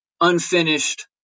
unfinished